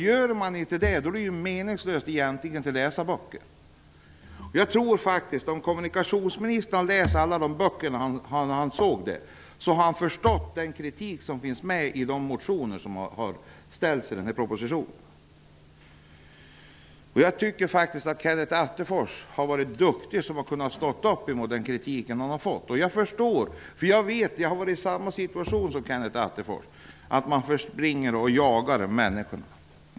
Om man inte gör det är det egentligen meningslöst att läsa böcker. Om kommunikationsministern har läst alla de böcker han nämnde bör han ha förstått den kritik som finns i de motioner som har väckts med anledning av den här propositionen. Jag tycker faktiskt att Kenneth Attefors har varit duktig som har kunnat stå emot den kritik som han har fått. Jag har varit i samma situation som Kenneth Attefors, så jag förstår hur det är när man springer och jagar människor.